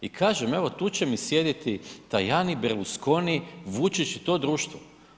I kažem evo tu će mi sjediti Tajani, Berlusconi, Vučić i to društvo.